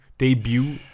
Debut